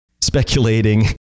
speculating